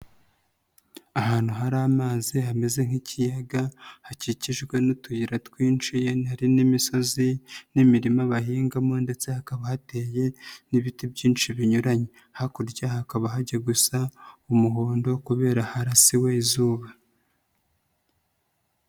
Ahantu hari amazi hameze nk'ikiyaga hakikijwe n'utuyira twinshi hari n'imisozi n'imirima bahingamo ndetse hakaba hateye n'ibiti byinshi binyuranye, hakurya hakaba hajya gusa umuhondo kubera harasiwe izuba.